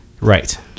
Right